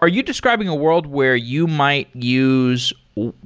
are you describing a world where you might use